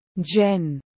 Jen